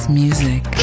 music